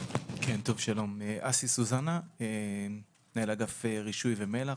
אני מנהל אגף רישוי ומל"ח,